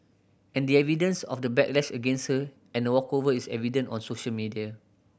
and the evidence of the backlash against sir and a walkover is evident on social media